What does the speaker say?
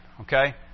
Okay